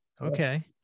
Okay